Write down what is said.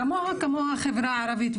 כמוה כמו החברה הערבית.